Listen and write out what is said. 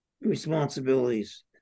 responsibilities